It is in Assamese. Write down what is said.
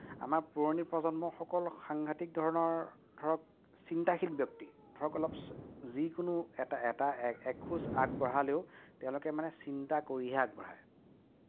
আমাৰ পুৰণি প্ৰজন্মৰসকল সাংঘাটিক ধৰণৰ ধৰক চিন্তাশীল ব্যক্তি ধৰক অলপ যিকোনো এটা এটা এখোজ আগবঢ়ালেওঁ তেওঁলোকে মানে চিন্তা কৰিহে আগবঢ়ায়